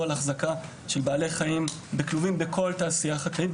על החזקה של בעלי חיים בכלובים בכל תעשייה חקלאית.